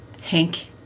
Hank